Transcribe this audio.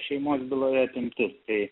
šeimos byloje apimtis tai